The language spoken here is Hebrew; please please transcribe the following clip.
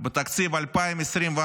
בתקציב 2024,